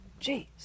Jeez